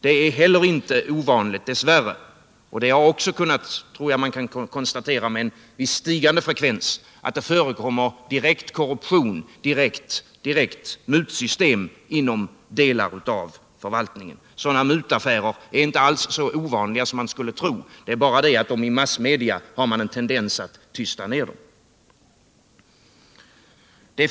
Det är, dess värre, inte heller ovanligt — och där tror jag man kan konstatera en stigande frekvens — att det förekommer direkt korruption, ett direkt mutsystem inom delar av förvaltningen. Sådana mutaffärer är inte alls så ovanliga som man skulle tro. Det är bara det att man i massmedia har en tendens att tysta ned dem.